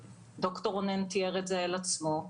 ד"ר רונן תיאר את זה על עצמו,